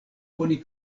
oni